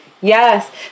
Yes